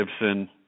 Gibson